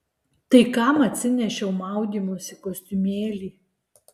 tai kam atsinešiau maudymosi kostiumėlį